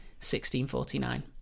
1649